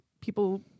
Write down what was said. people